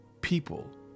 people